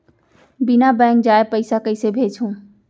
बिना बैंक जाये पइसा कइसे भेजहूँ?